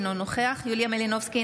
אינו נוכח יוליה מלינובסקי,